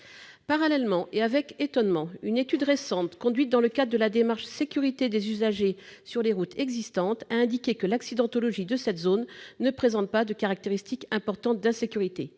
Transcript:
Parallèlement et de façon étonnante, une étude récente, conduite dans le cadre de la démarche « sécurité des usagers sur les routes existantes », a indiqué que l'accidentologie de cette zone ne présente pas de caractéristiques importantes d'insécurité,